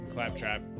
Claptrap